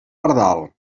pardal